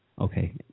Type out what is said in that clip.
okay